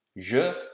Je